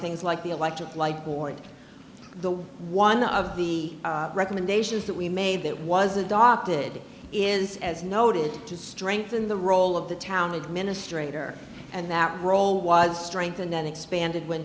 things like the electric light board the one of the recommendations that we made that was adopted is as noted to strengthen the role of the town administrator and that role was strengthened and expanded when